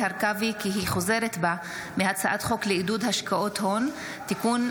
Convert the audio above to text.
מטי צרפתי הרכבי כי היא חוזרת בה מהצעת חוק לעידוד השקעות הון (תיקון,